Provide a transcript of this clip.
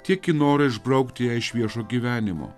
tiek į norą išbraukti ją iš viešo gyvenimo